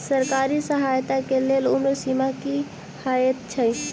सरकारी सहायता केँ लेल उम्र सीमा की हएत छई?